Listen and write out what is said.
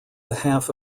behalf